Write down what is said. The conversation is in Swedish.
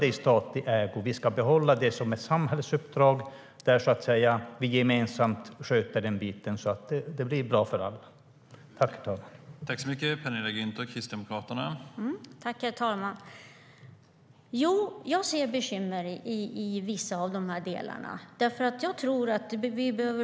Jag tycker att vi ska behålla det som är samhällsuppdrag och sköta det gemensamt så att det blir bra för alla.